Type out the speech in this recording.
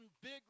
big